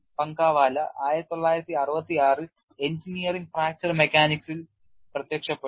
പങ്കവാല 1996 ൽ engineering fracture മെക്കാനിക്സിൽ പ്രത്യക്ഷപ്പെട്ടു